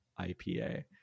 IPA